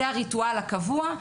זה הריטואל הקבוע.